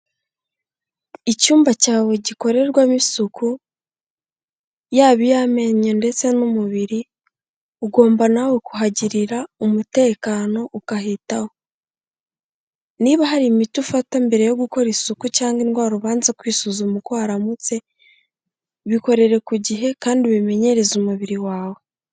Icyumba cyawe gikorerwamo isuku yaba iy'amenyo ndetse n'umubiri, ugomba nawe kuhagirira umutekano ukahitaho, niba hari imiti ufata mbere yo gukora isuku cyangwa indwara ubanza kwisuzuma uko waramutse, bikorere ku gihe kandi ubimenyereza umubiri wawe.